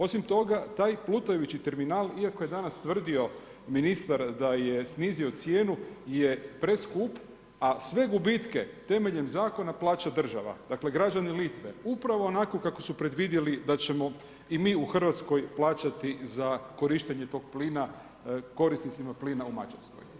Osim toga taj plutajući terminal iako je danas tvrdio da je snizio cijenu je preskup, a sve gubitke temeljem zakona plaća država, dakle građani LItve upravo onako kako su predvidjeli da ćemo i mi u Hrvatskoj plaćati za korištenje tog plina korisnicima plina u Mađarskoj.